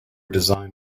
design